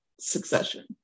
Succession